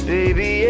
Baby